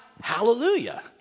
hallelujah